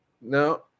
No